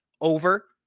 over